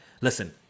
listen